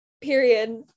Period